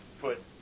put